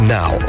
now